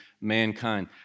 mankind